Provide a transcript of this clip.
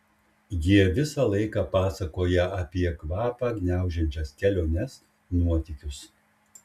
jie visą laiką pasakoja apie kvapią gniaužiančias keliones nuotykius